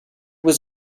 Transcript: was